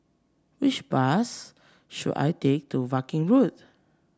which bus should I take to Viking Road